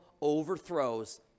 overthrows